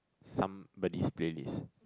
somebody's playlist